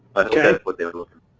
that's what they're looking